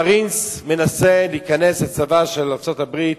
המארינס מנסה להיכנס, הצבא של ארצות-ברית,